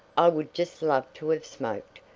i would just loved to have smoked!